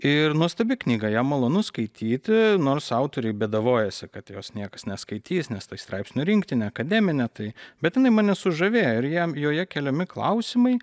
ir nuostabi knyga ją malonu skaityti nors autoriai bėdavojasi kad jos niekas neskaitys nes tai straipsnių rinktinė akademinė tai bet jinai mane sužavėjo ir jam joje keliami klausimai